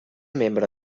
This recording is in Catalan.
membre